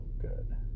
good